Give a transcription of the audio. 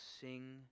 sing